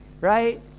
right